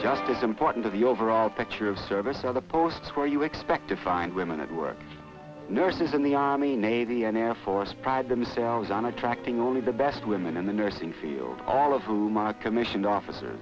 just as important to the overall picture of service other posts where you expect to find women at work nurses in the army navy air force pride themselves on attracting only the best women in the nursing field all of whom are commissioned officer